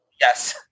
Yes